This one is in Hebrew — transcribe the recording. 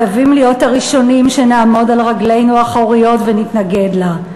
חייבים להיות הראשונים שנעמוד על רגלינו האחוריות ונתנגד לכך.